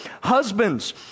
Husbands